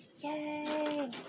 yay